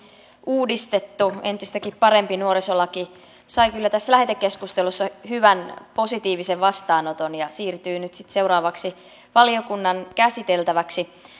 uudistettu entistäkin parempi nuorisolaki sai kyllä tässä lähetekeskustelussa hyvän positiivisen vastaanoton ja siirtyy nyt sitten seuraavaksi valiokunnan käsiteltäväksi